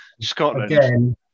Scotland